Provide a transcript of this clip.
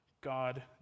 God